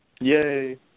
Yay